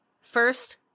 first